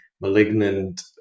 malignant